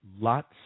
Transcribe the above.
lots